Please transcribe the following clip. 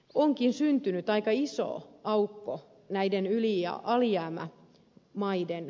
onkin syntynyt aika iso aukko näiden yli ja alijäämämaiden välille